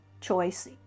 choice